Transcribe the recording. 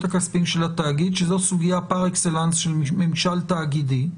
הכספיים של התאגיד שזו סוגיה פר אקסלנס של ממשל תאגידי,